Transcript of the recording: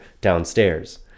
downstairs